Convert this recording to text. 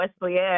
Wesleyan